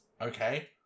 okay